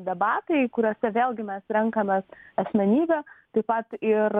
debatai kuriuose vėlgi mes renkamės asmenybę taip pat ir